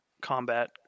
combat